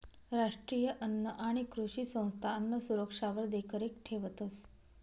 राष्ट्रीय अन्न आणि कृषी संस्था अन्नसुरक्षावर देखरेख ठेवतंस